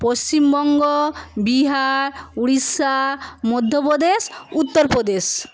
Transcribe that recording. Paschimbanga Bihar Orissa Madhya Pradesh Uttar Pradesh